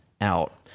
out